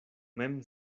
mem